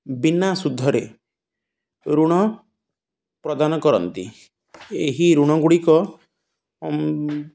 ବିନା ସୁୁଦ୍ଧରେ ଋଣ ପ୍ରଦାନ କରନ୍ତି ଏହି ଋଣଗୁଡ଼ିକ